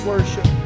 Worship